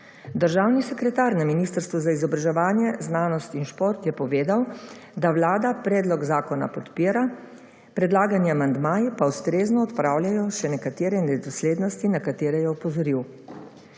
Državni sekretar na Ministrstvu za izobraževanje, znanost in šport je povedal, da Vlada predlog zakona podpira, predlagani amandmaji pa ustrezno odpravljajo še nekatere nedoslednosti na katere je opozoril.